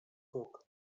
puk